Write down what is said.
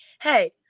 hey